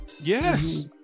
Yes